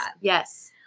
yes